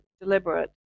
deliberate